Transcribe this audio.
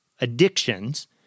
addictions